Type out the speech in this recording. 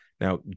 Now